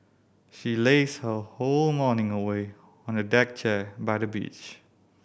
she lazed her whole morning away on a deck chair by the beach